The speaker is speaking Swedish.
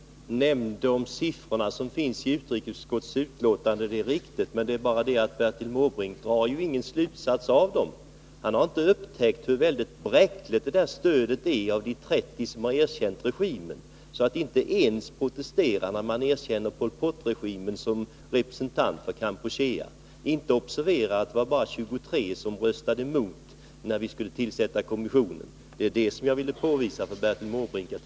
Herr talman! Bertil Måbrink sade att siffrorna som jag redovisade finns i utrikesutskottets betänkande. Det är riktigt. Men Bertil Måbrink drar inte någon slutsats av siffrorna. Han har inte upptäckt hur bräckligt stödet från de 30stater som har erkänt Heng Samrin-regimen är. De protesterade alltså inte ens när Pol Pot-regimen erkändes som representant för Kampuchea. Och Bertil Måbrink har inte observerat att det bara var 23 stater som röstade emot FN-förslaget att inkalla en internationell Kampuchea-konferens. Det var detta jag ville påvisa för Bertil Måbrink.